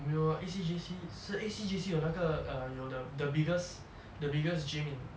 没有 lor A_C J_C 是 A_C J_C 有那个 uh 有的 the biggest the biggest gym in